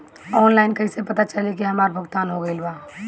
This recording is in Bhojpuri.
ऑनलाइन कईसे पता चली की हमार भुगतान हो गईल बा?